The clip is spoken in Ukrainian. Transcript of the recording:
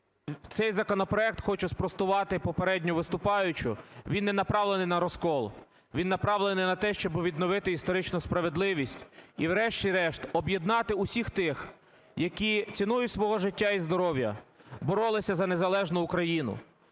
цей законопроект - хочу спростувати попередню виступаючу, - він не направлений на розкол, він направлений на те, щоб відновити історичну справедливість і врешті-решт об'єднати усіх тих, які ціною свого життя і здоров'я боролися за незалежну Україну.